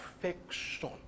Perfection